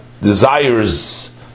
desires